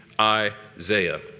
Isaiah